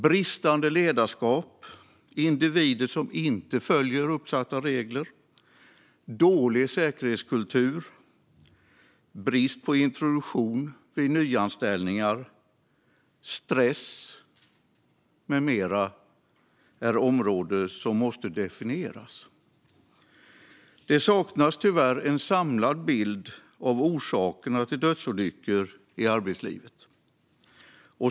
Bristande ledarskap, individer som inte följer uppsatta regler, dålig säkerhetskultur, brist på introduktion vid nyanställningar, stress med mera är områden som måste definieras. Det saknas tyvärr en samlad bild av orsakerna till dödsolyckor i arbetslivet.